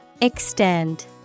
Extend